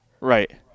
Right